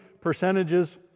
percentages